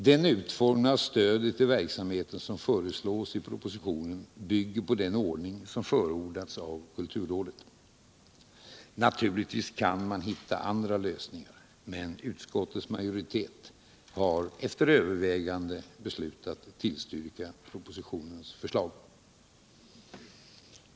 Den utformning av stödet till verksamheten som föreslås i propositionen bygger på den ordning som förordats av kulturrådet. Naturligtvis kan man hitta andra lösningar, men utskottets majoritet har efter 47 övervägande beslutat tillstyrka propositionens förslag.